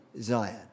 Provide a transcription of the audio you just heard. Zion